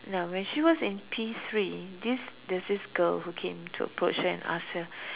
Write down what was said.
now when she was in P three this there's this girl who came to approach her and ask her